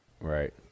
Right